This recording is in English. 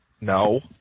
No